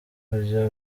kujya